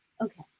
Okay